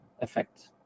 effect